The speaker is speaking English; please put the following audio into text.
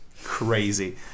Crazy